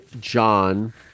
John